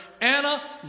Anna